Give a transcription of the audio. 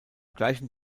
gleichen